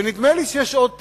ונדמה לי שיש עוד פתרונות,